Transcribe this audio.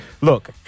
look